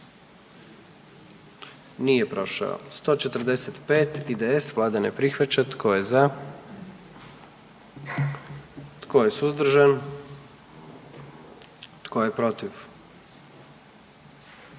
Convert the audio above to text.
zastupnika SDP-a, vlada ne prihvaća. Tko je za? Tko je suzdržan? Tko je protiv?